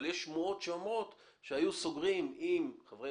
אבל יש שמועות שאומרות שהיו סוגרים עם חברי